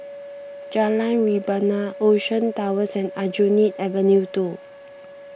Jalan Rebana Ocean Towers and Aljunied Avenue two